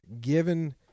given